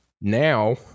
now